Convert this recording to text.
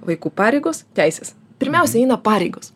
vaikų pareigos teisės pirmiausia eina pareigos